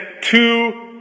two